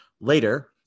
Later